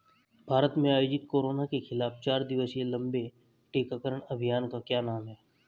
भारत में आयोजित कोरोना के खिलाफ चार दिवसीय लंबे टीकाकरण अभियान का क्या नाम है?